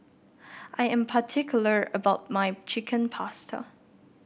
I am particular about my Chicken Pasta